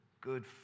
Good